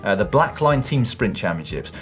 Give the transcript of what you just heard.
ah the black line team sprint championships.